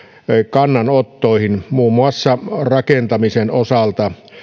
kannanottoihin muun muassa rakentamisen osalta